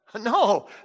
No